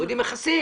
מורידים מכסים?